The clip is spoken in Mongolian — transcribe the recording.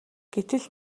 гэтэл